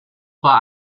war